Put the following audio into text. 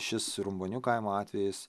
šis rumbonių kaimo atvejis